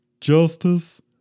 justice